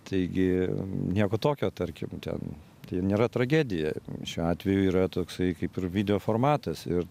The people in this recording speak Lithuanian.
taigi nieko tokio tarkim ten tai nėra tragedija šiuo atveju yra toksai kaip ir video formatas ir